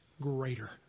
greater